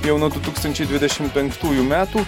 jau nuo du tūkstančiai dvidešim penktųjų metų